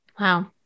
Wow